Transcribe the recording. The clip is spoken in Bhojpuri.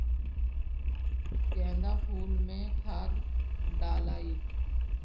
गेंदा फुल मे खाद डालाई?